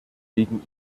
wegen